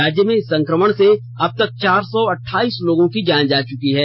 राज्य में इस संकमण से अबतक चार सौ अठाइस लोगों की जान जा चुकी है